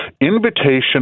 invitation